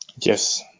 Yes